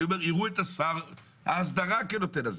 אני אומר את שר ההסדרה כנותן האישור.